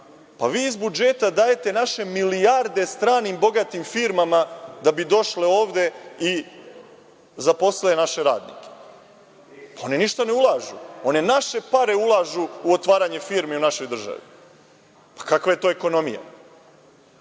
Pa, vi iz budžeta dajete naše milijarde stranim bogatim firmama da bi došle ovde i zaposlile naše radnike. One ništa ne ulažu. One naše pare ulažu u otvaranje firmi u našoj državi. Kakva je to ekonomija? Dakle,